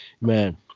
Man